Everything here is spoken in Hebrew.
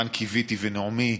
רן קיוויתי ונעמי,